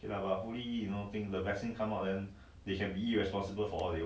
so it is is is tricky lah to handle a country like that